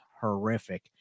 horrific